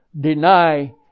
deny